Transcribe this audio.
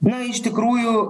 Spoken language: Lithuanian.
na iš tikrųjų